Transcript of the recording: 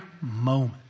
moment